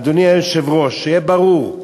אדוני היושב-ראש, שיהיה ברור: